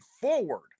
forward